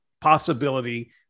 possibility